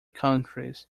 countries